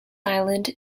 island